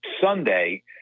Sunday